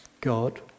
God